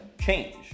change